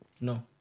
No